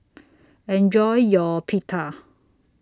Enjoy your Pita